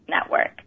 Network